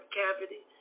cavity